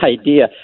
idea